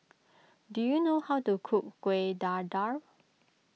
do you know how to cook Kueh Dadar